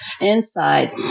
inside